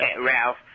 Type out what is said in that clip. Ralph